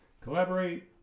collaborate